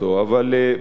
אבל בהחלט,